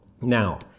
Now